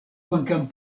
kvankam